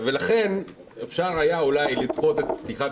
ולכן אפשר היה אולי לדחות את פתיחת